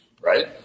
right